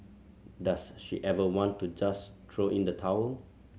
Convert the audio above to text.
does she ever want to just throw in the towel